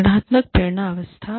संगठनात्मक प्रेरणा अवस्था